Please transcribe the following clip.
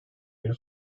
günü